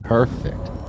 Perfect